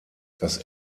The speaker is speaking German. das